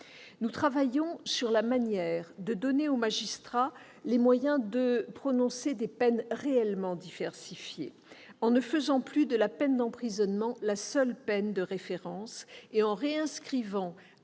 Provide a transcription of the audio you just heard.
Nous travaillons sur la manière de donner aux magistrats les moyens de prononcer des peines réellement diversifiées, en ne faisant plus de la peine d'emprisonnement la seule peine de référence et en réinscrivant